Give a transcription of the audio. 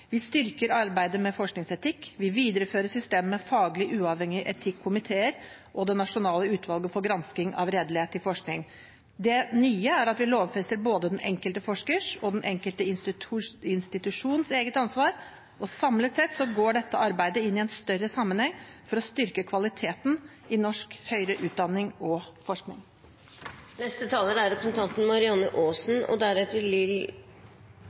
Vi styrker arbeidet med forskningsetikk. Vi viderefører systemet med faglig uavhengige etikkomiteer og det nasjonale utvalget for gransking av redelighet i forskning. Det nye er at vi lovfester både den enkelte forskers og den enkeltes institusjons eget ansvar, og samlet sett går dette arbeidet inn i en større sammenheng for å styrke kvaliteten i norsk høyere utdanning og forskning. Takk til saksordføreren, som har lost komiteen gjennom en viktig sak på en betryggende og